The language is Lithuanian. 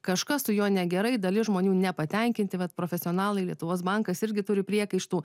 kažkas su juo negerai dalis žmonių nepatenkinti vat profesionalai lietuvos bankas irgi turi priekaištų